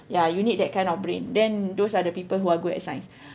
ya you need that kind of brain then those are the people who are good at science